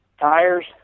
tires